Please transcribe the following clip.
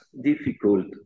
difficult